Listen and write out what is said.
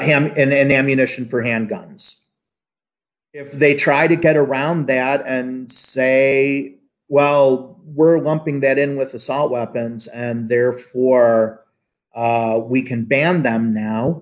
him and the ammunition for handguns if they try to get around that and say well we're going ping that in with assault weapons and therefore we can ban them now